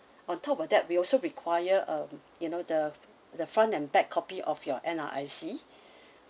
on top of that we also require ah you know the the front and back copy of your N_R_I_C